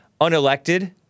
unelected